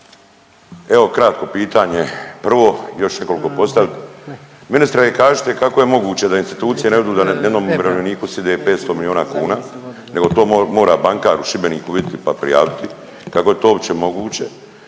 Evo kratko pitanje, prvo još ću nekoliko postavit. Ministre kažite kako je moguće da institucije ne vide da jednom umirovljeniku sjedne 500 milijuna kuna nego to mora bankar u Šibeniku vidjeti pa prijaviti, kako je to uopće moguće?